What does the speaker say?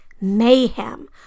Mayhem